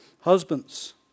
Husbands